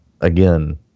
again